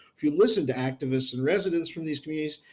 if you listen to activists and residents from these communities,